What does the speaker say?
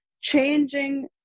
changing